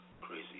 crazy